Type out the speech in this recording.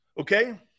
Okay